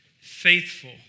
faithful